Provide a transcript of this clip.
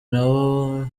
nabo